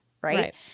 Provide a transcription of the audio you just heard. right